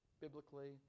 biblically